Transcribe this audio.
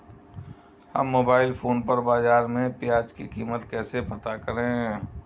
हम mobile phone पर बाज़ार में प्याज़ की कीमत कैसे पता करें?